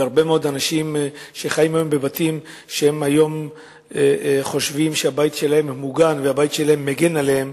הרבה אנשים חיים בבתים וחושבים שהבית שלהם מוגן ומגן עליהם.